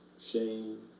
shame